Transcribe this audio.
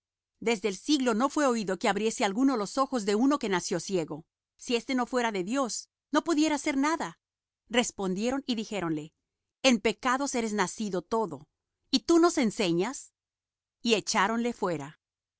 desde el siglo no fué oído que abriese alguno los ojos de uno que nació ciego si éste no fuera de dios no pudiera hacer nada respondieron y dijéronle en pecados eres nacido todo y tú nos enseñas y echáronle fuera